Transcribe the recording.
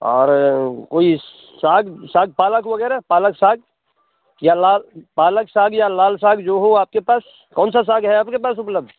और कोई साग साग पालक वग़ैरह पालक साग या लाल पालक साग या लाल साग जो हो आपके पास कौन सा साग है आपके पास उपलब्ध